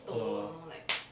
orh